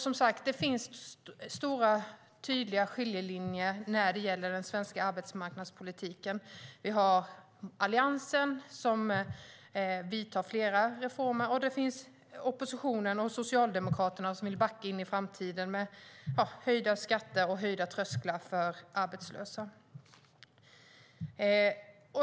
Som sagt finns det stora och tydliga skiljelinjer när det gäller den svenska arbetsmarknadspolitiken. Vi har Alliansen som gör flera reformer, och vi har oppositionen och Socialdemokraterna som vill backa in i framtiden med höjda skatter och höjda trösklar för arbetslösa.